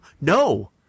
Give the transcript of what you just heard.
no